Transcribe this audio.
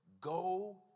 Go